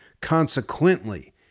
Consequently